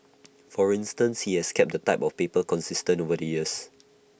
for instance he has kept the type of paper consistent over the years